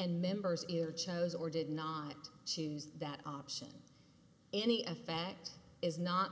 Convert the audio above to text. and members chose or did not choose that option any a fact is not